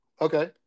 Okay